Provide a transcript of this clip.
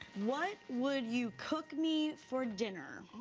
what would you cook me for dinner?